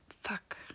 Fuck